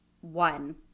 one